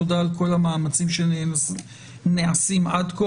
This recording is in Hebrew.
תודה על כל המאמצים שנעשים עד כה,